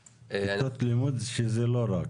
כיתות לימוד, שזה לא רק.